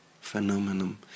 phenomenon